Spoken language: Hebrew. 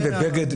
ובקמע.